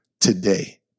today